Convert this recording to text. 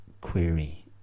query